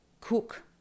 cook